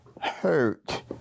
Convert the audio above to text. hurt